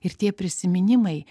ir tie prisiminimai